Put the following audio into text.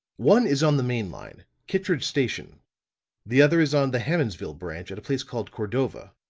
one is on the main line kittridge station the other is on the hammondsville branch at a place called cordova.